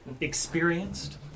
Experienced